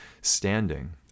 standing